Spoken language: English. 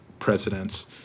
presidents